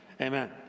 Amen